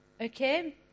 okay